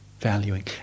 valuing